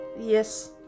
Yes